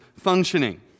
functioning